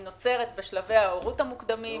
היא נוצרת בשלבי ההורות המוקדמים,